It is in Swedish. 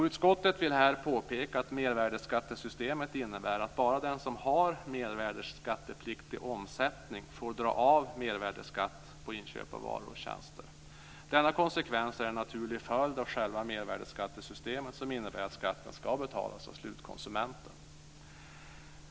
Utskottet vill här påpeka att mervärdesskattesystemet innebär att bara den som har mervärdesskattepliktig omsättning får dra av mervärdesskatt på inköp av varor och tjänster. Detta är en naturlig följd av själva mervärdesskattesystemet, som innebär att skatten ska betalas av slutkonsumenten.